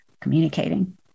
communicating